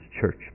church